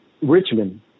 Richmond